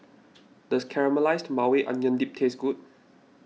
does Caramelized Maui Onion Dip taste good